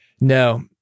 No